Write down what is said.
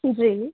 जी